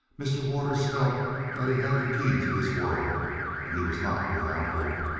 mr. waters felt that he had the key to this world and he was not without hope.